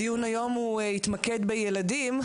הדיון היום התמקד בילדים,